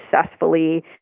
successfully